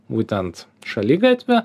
būtent šaligatvį